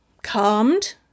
calmed